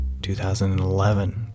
2011